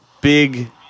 big